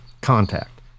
contact